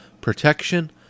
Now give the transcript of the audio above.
protection